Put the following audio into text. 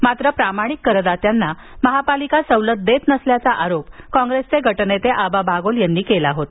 मात्र प्रामाणिक करदात्यांना महापालिका सवलत देत नसल्याचा आरोप काँग्रेसचे गटनेते आबा बागुल यांनी केला होता